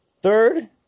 Third